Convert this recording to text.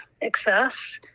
excess